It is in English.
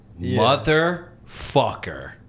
motherfucker